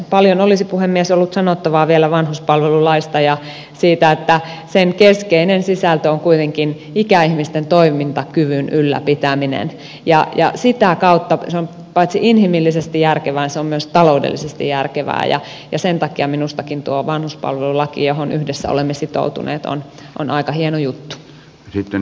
paljon olisi puhemies ollut sanottavaa vielä vanhuspalvelulaista ja siitä että sen keskeinen sisältö on kuitenkin ikäihmisten toimintakyvyn ylläpitäminen ja sitä kautta se on paitsi inhimillisesti järkevää myös taloudellisesti järkevää ja sen takia minustakin tuo vanhuspalvelulaki johon yhdessä olemme sitoutuneet on aika hieno juttu